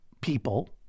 people